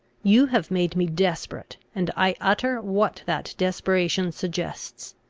you have made me desperate, and i utter what that desperation suggests.